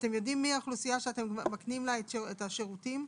מי האוכלוסייה שאתם מקנים לה את השירותים,